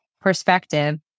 perspective